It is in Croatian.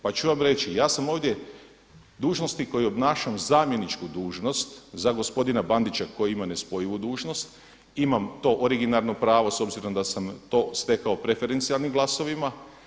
Pa ću vam reći, ja sam ovdje dužnosti koju obnašam, zamjeničku dužnost za gospodina Bandića koji ima nespojivu dužnost imam to orginarno pravo s obzirom da sam to stekao preferencijalnim glasovima.